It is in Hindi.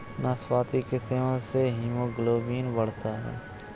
नाशपाती के सेवन से हीमोग्लोबिन बढ़ता है